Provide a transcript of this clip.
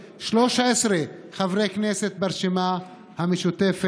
של 13 חברי הכנסת ברשימה המשותפת.